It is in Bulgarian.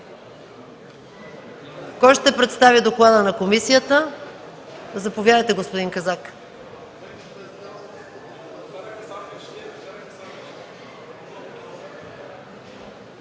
Кой ще представи доклада на комисията? Заповядайте, господин Казак.